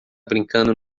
brincando